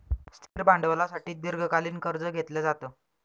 स्थिर भांडवलासाठी दीर्घकालीन कर्ज घेतलं जातं